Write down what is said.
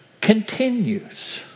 continues